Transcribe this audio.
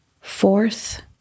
fourth